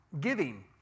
giving